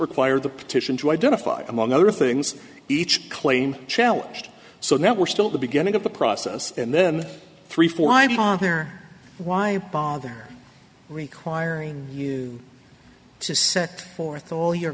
require the petition to identify among other things each claim challenged so now we're still at the beginning of the process and then three four five are there why bother requiring you to set forth all y